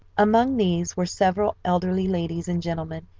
among these were several elderly ladies and gentlemen,